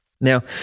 Now